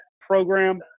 program